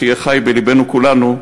שיהיה חי בלבנו כולנו: